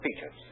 features